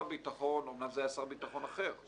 אמנם זה היה שר ביטחון אחר,